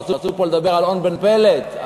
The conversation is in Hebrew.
רצו לדבר על און בן פלת.